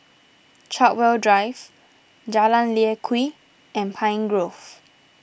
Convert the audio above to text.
Chartwell Drive Jalan Lye Kwee and Pine Grove